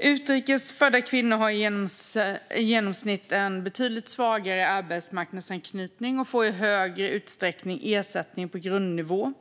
Utrikes födda kvinnor har i genomsnitt en betydligt svagare arbetsmarknadsanknytning och får i högre utsträckning ersättning på grundnivå.